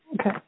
Okay